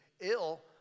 ill